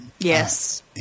Yes